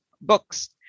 books